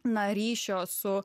na ryšio su